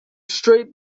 straight